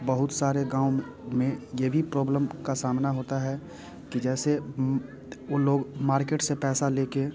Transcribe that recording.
बहुत सारे गाँव में ये भी प्रोब्लम का सामना होता है कि जैसे वो लोग मार्केट से पैसा लेके